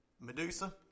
Medusa